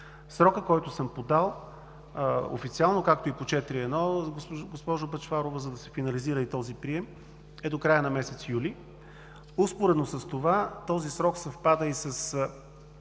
Срокът, който съм подал официално, както и по 4.1, госпожо Бъчварова, за да се финализира и този прием, е до края на месец юли. Успоредно с това този срок съвпада и с